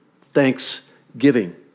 thanksgiving